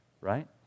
right